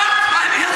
עוד פעם את,